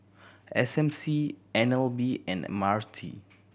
S M C N L B and M R T